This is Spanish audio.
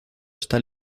está